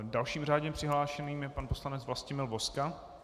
Dalším řádně přihlášeným je pan poslanec Vlastimil Vozka.